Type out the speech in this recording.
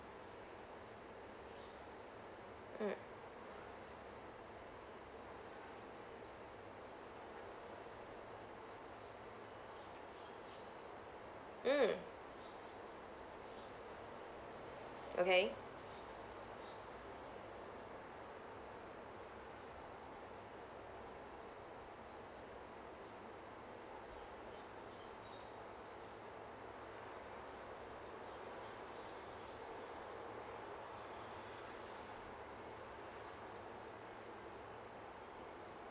mm mm okay